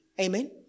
Amen